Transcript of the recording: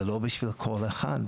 זה לא בשביל כל אחד,